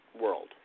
world